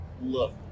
look